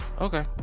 okay